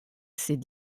ses